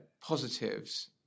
positives